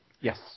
yes